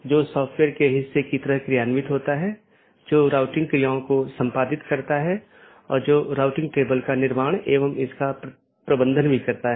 बाहरी gateway protocol जो एक पाथ वेक्टर प्रोटोकॉल का पालन करते हैं और ऑटॉनमस सिस्टमों के बीच में सूचनाओं के आदान प्रदान की अनुमति देता है